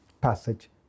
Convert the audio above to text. passage